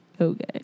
Okay